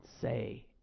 say